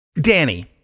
Danny